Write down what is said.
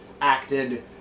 acted